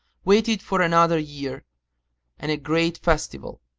waited for another year and a great festival,